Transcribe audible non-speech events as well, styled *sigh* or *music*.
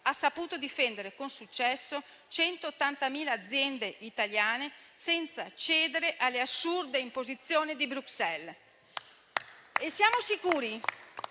ha saputo difendere con successo 180.000 aziende italiane, senza cedere alle assurde imposizioni di Bruxelles. *applause*